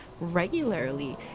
regularly